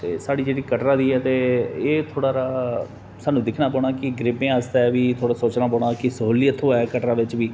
ते साढ़ी जेह्ड़ी कटरा दी ऐ ते एह् थोह्ड़ा हारा सानू दिक्खना पौना कि गरीबें आस्तै बी थोह्ड़ा सोचना पौना कि स्हूलियत थ्होऐ कटरा बिच्च बी